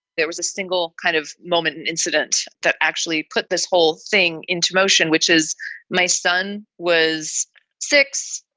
there was a single kind of moment, an incident that actually put this whole thing into motion, which is my son was six.